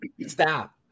Stop